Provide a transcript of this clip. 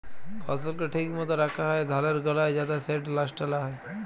ফসলকে ঠিক মত রাখ্যা হ্যয় ধালের গলায় যাতে সেট লষ্ট লা হ্যয়